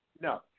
No